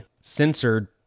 censored